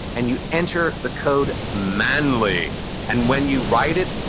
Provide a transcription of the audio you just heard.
and you enter the code manly and when you write it,